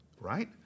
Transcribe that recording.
right